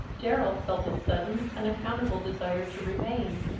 darrell felt a sudden, unaccountable desire to remain.